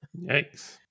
Yikes